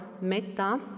metta